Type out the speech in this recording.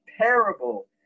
terrible